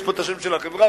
יש פה שם החברה,